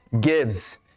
gives